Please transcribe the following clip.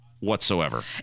Whatsoever